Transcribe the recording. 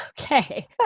Okay